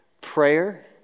prayer